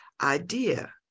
idea